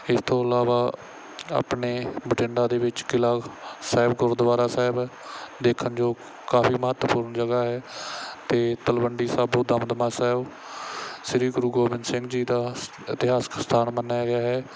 ਇਸ ਤੋਂ ਇਲਾਵਾ ਆਪਣੇ ਬਠਿੰਡਾ ਦੇ ਵਿੱਚ ਕਿਲ੍ਹਾ ਸਾਹਿਬ ਗੁਰਦੁਆਰਾ ਸਾਹਿਬ ਦੇਖਣ ਯੋਗ ਕਾਫੀ ਮਹੱਤਵਪੂਰਨ ਜਗ੍ਹਾ ਹੈ ਅਤੇ ਤਲਵੰਡੀ ਸਾਬੋ ਦਮਦਮਾ ਸਾਹਿਬ ਸ਼੍ਰੀ ਗੁਰੂ ਗੋਬਿੰਦ ਸਿੰਘ ਜੀ ਦਾ ਸ ਇਤਿਹਾਸਕ ਸਥਾਨ ਮੰਨਿਆ ਗਿਆ ਹੈ